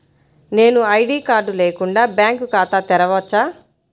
నేను ID card లేకుండా bank ఖాతా తెరవచ్చా?